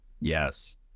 Yes